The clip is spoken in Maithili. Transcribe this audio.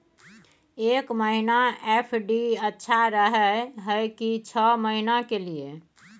एक महीना एफ.डी अच्छा रहय हय की छः महीना के लिए?